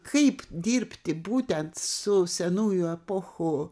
kaip dirbti būtent su senųjų epochų